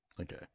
Okay